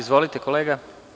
Izvolite kolega.